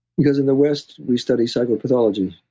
because in the west we study psychopathology,